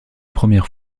première